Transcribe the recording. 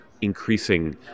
increasing